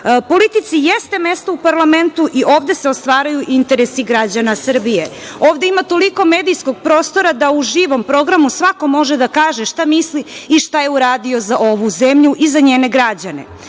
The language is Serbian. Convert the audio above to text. Politici jeste mesto u parlamentu i ovde se ostvaruju interesi građana Srbije. Ovde ima toliko medijskog prostora da u živom programu svako može da kaže šta misli i šta je uradio za ovu zemlju i za njene građane.